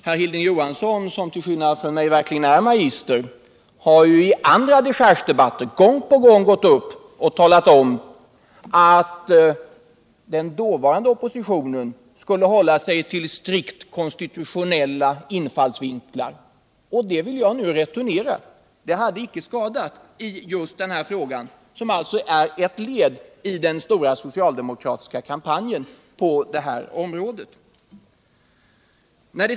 Herr Hilding Johansson, som till skillnad från mig verkligen är magister, har i andra dechargedebatter gång på gång gått upp och talat om att den dåvarande oppositionen skulle hålla sig till strikt konstitutionella infallsvinklar. Det vill jag nu returnera. Det hade inte skadat i just den här frågan, som alltså är ett led i den stora socialdemokratiska kampanjen på det aktuella området.